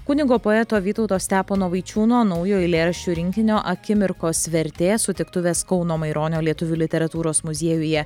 kunigo poeto vytauto stepono vaičiūno naujo eilėraščių rinkinio akimirkos vertė sutiktuvės kauno maironio lietuvių literatūros muziejuje